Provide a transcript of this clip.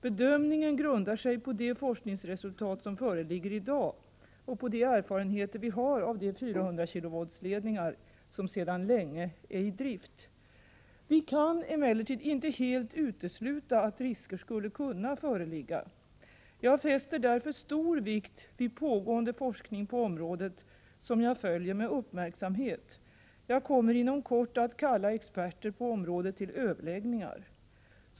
Bedömningen grundar sig på de forskningsresultat som föreligger i dag och på de erfarenheter vi har av de 400 kV-ledningar som sedan länge är i drift. Vi kan emellertid inte helt utesluta att risker skulle kunna föreligga. Jag fäster därför stor vikt vid pågående forskning på området, som jag följer med uppmärksamhet. Jag kommer inom kort att kalla experter på området till överläggningar.